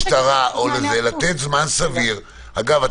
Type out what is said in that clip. לתת זמן סביר אגב,